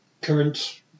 current